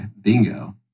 bingo